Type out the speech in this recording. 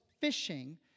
fishing